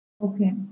Okay